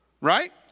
right